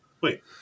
Wait